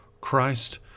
Christ